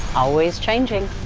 always changing.